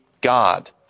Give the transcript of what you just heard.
God